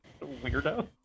Weirdo